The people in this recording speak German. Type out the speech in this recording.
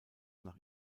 nach